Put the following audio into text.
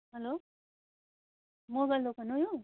hello mobile दोकान हो यो